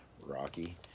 rocky